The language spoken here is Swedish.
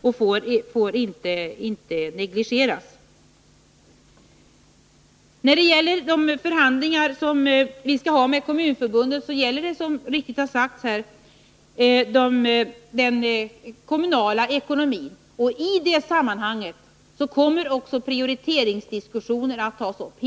Det är, som här sagts, riktigt att våra förhandlingar med kommunförbunden kommer att gälla den kommunala ekonomin. I det sammanhanget kommer också prioriteringen att diskuteras.